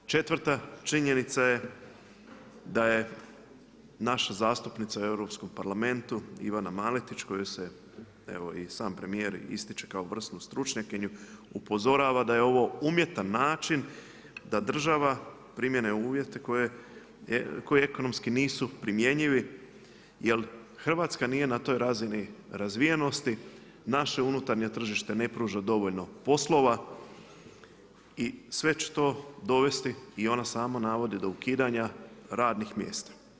Četvrta činjenica je da je naša zastupnica u Europskom parlamentu Ivana Maletić koju evo i sam premijer ističe kao vrsnu stručnjakinju, upozorava da je ovo umjetan način da država primjeni uvjete koji ekonomski nisu primjenjivi jer Hrvatska nije na toj razini razvijenosti, naše unutarnje tržište ne pruža dovoljno poslova i sve će to dovesti i ona sama navodi, do ukidanja radnih mjesta.